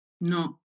No